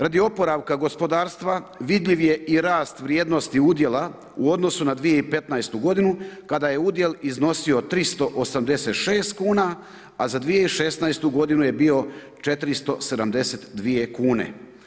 Radi oporavka gospodarstva, vidljiv je i rast vrijednosti udjela u odnosu na 2015. godinu, kada je udio iznosio 386 kuna, a za 2016. godinu je bio 472 kune.